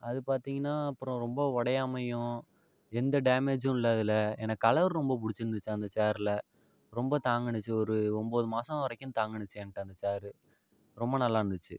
அது பார்த்தீங்கன்னா அப்புறம் ரொம்ப ஒடயாமையும் எந்த டேமேஜும் இல்லை அதில் எனக்கு கலர் ரொம்ப பிடிச்சிருந்துச்சி அந்த ச்சேரில் ரொம்ப தாங்கிணுச்சி ஒரு ஒம்பது மாதம் வரைக்கும் தாங்கிணுச்சி என்கிட்ட அந்த ச்சேரு ரொம்ப நல்லாருந்துச்சு